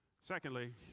Secondly